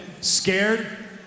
Scared